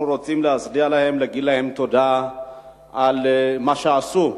אנחנו רוצים להצדיע להם ולהודות להם על מה שעשו.